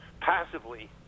passively